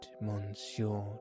Monsieur